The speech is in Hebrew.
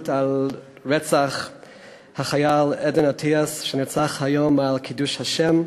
על החייל עדן אטיאס שנרצח היום על קידוש השם.